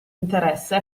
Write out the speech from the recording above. interesse